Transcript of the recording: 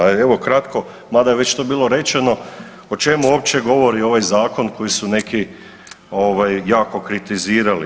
A evo kratko, mada je već to bilo rečeno o čemu uopće govori ovaj zakon koji su neki ovaj jako kritizirali.